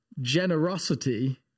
Generosity